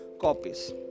copies